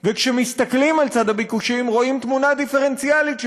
וכשמסתכלים על צד הביקוש רואים תמונה דיפרנציאלית של